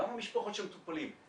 גם המשפחות של המטופלים.